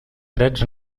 drets